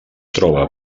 troba